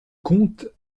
comte